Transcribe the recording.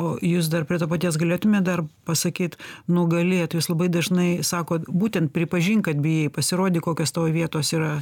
o jūs dar prie to paties galėtumėt dar pasakyt nugalėtojus labai dažnai sakot būtent pripažink kad bijai pasirodyk kokios tavo vietos yra